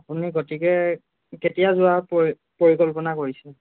আপুনি গতিকে কেতিয়া যোৱা পৰি পৰিকল্পনা কৰিছে